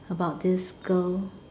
about this girl